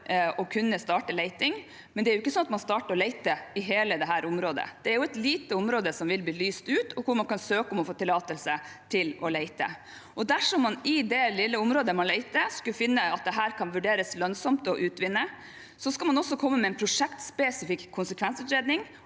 å kunne starte leting, men man starter ikke å lete i hele dette området. Det er et lite område som vil bli lyst ut, og hvor man kan søke om å få tillatelse til å lete. Dersom man i det lille området hvor man leter, skulle finne at det kan vurderes som lønnsomt å utvinne, skal man også komme med en prosjektspesifikk konsekvensutredning,